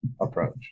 approach